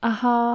Aha